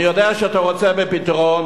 אני יודע שאתה רוצה בפתרון,